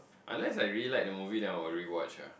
unless I really like the movie then I will rewatch ah